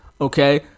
Okay